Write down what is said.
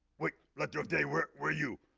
wait, letter of day, where where you?